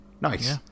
Nice